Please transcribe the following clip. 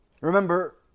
Remember